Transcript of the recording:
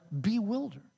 bewildered